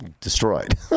destroyed